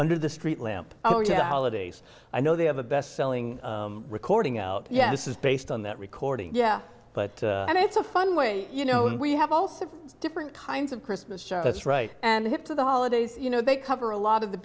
under the streetlamp oh yeah holidays i know they have a best selling recording out yeah this is based on that recording yeah but and it's a fun way you know we have all six different kinds of christmas show that's right and hip to the holidays you know they cover a lot of the